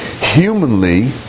humanly